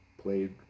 played